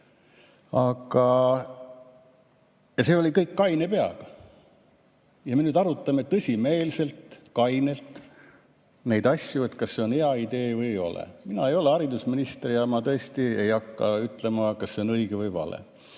See kõik oli kaine peaga. Nüüd me arutame tõsimeelselt, kainelt neid asju, et kas see on hea idee või ei ole. Mina ei ole haridusminister ja ma tõesti ei hakka ütlema, kas see on õige või vale.